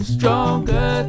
Stronger